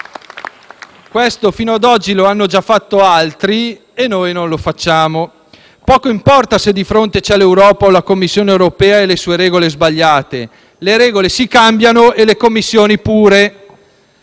Questo lo hanno già fatto altri fino ad oggi, e noi non lo facciamo. Poco importa se di fronte c'è l'Europa, la Commissione europea e le sue regole sbagliate. Le regole si cambiano e le Commissioni pure.